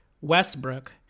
Westbrook